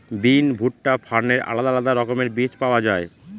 বিন, ভুট্টা, ফার্নের আলাদা আলাদা রকমের বীজ পাওয়া যায়